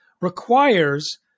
requires